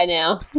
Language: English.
now